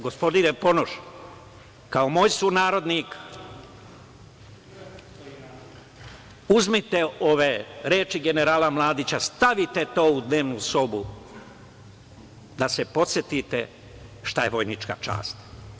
Gospodine Ponoš, kao moj sunarodnik, uzmite ove reči generala Mladića, stavite to u dnevnu sobu da se podsetite šta je vojnička čast.